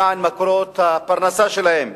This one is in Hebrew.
למען מקורות הפרנסה שלהם.